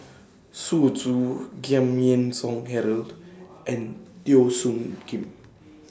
Xu Zhu Giam Yean Song Gerald and Teo Soon Kim